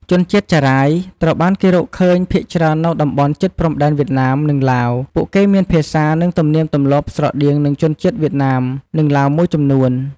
ជនជាតិចារាយ ត្រូវបានគេរកឃើញភាគច្រើននៅតំបន់ជិតព្រំដែនវៀតណាម និងឡាវ ពួកគេមានភាសា និងទំនៀមទម្លាប់ស្រដៀងនឹងជនជាតិវៀតណាម និងឡាវមួយចំនួន។